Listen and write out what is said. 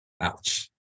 Ouch